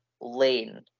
lane